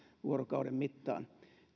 vuorokauden mittaan